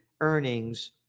earnings